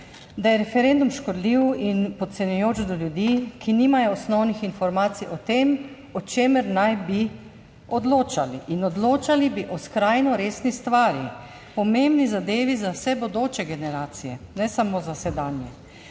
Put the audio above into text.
da je referendum škodljiv in podcenjujoč do ljudi, ki nimajo osnovnih informacij o tem, o čemer naj bi odločali. In odločali bi o skrajno resni stvari, pomembni zadevi za vse bodoče generacije, ne samo za sedanje,